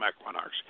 equinox